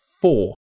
four